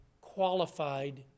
qualified